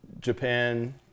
Japan